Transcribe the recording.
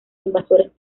invasores